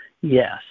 Yes